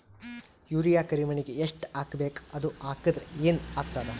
Urea ಕರಿಮಣ್ಣಿಗೆ ಎಷ್ಟ್ ಹಾಕ್ಬೇಕ್, ಅದು ಹಾಕದ್ರ ಏನ್ ಆಗ್ತಾದ?